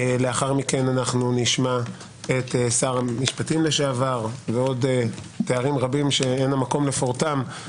לאחר מכן נשמע את שר המשפטים לשעבר ועוד תארים רבים שאין המקום לפרטם,